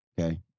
okay